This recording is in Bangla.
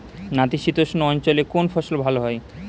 নাতিশীতোষ্ণ অঞ্চলে কোন ফসল ভালো হয়?